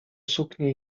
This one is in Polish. suknie